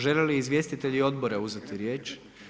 Želi li izvjestitelji odbora uzeti riječ?